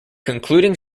concluding